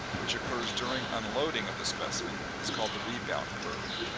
which occurs during unloading of the specimen, is called the rebound curve.